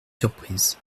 surprise